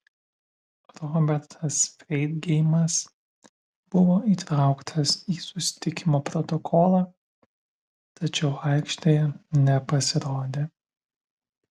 robertas freidgeimas buvo įtrauktas į susitikimo protokolą tačiau aikštėje nepasirodė